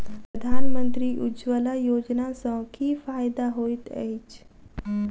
प्रधानमंत्री उज्जवला योजना सँ की फायदा होइत अछि?